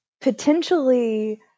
potentially